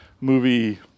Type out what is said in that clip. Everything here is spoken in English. movie